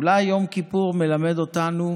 אולי יום כיפור מלמד אותנו,